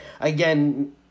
again